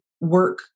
work